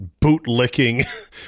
bootlicking